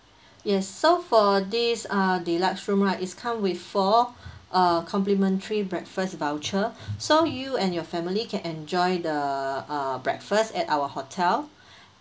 yes so for this uh deluxe room right is come with four uh complimentary breakfast voucher so you and your family can enjoy the uh breakfast at our hotel